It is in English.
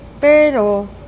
pero